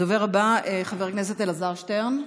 הדובר הבא, חבר הכנסת אלעזר שטרן,